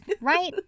Right